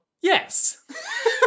Yes